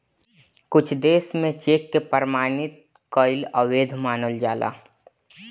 कुछ देस में चेक के प्रमाणित कईल अवैध मानल जाला